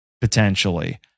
potentially